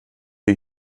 die